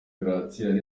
gratien